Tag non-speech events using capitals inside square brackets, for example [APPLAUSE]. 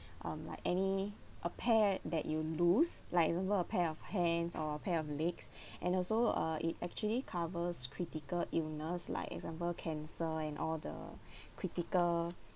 um like any a pair that you lose like example a pair of hands or a pair of legs [BREATH] and also uh it actually covers critical illness like example cancer and all the [BREATH] critical